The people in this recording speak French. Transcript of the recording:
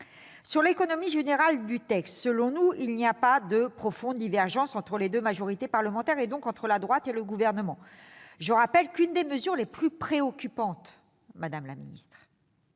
de l'économie générale du texte, il n'existe pas, selon nous, de profonde divergence entre les deux majorités parlementaires et, donc, entre la droite et le Gouvernement. Je rappelle que l'une des mesures les plus préoccupantes que le Sénat